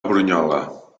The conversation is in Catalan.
brunyola